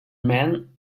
men